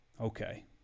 Okay